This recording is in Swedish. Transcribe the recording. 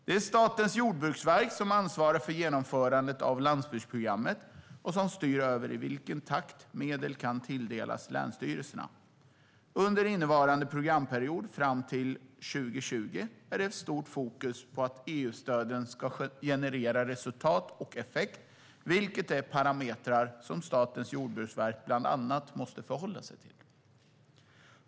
Det är Statens jordbruksverk som ansvarar för genomförandet av landsbygdsprogrammet och som styr över i vilken takt medel kan tilldelas länsstyrelserna. Under innevarande programperiod fram till 2020 är det stort fokus på att EU-stöden ska generera resultat och effekt, vilket är parametrar som Statens jordbruksverk bland annat måste förhålla sig till.